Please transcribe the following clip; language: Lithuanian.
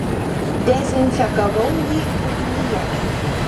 dezinfekavau jį ugnyje